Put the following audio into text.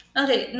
okay